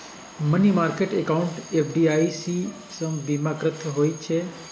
money market account FDIC सं बीमाकृत होइ छै